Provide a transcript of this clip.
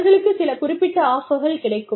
அவர்களுக்கு சில குறிப்பிட்ட ஆஃபர்கள் கிடைக்கும்